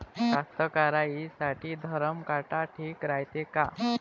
कास्तकाराइसाठी धरम काटा ठीक रायते का?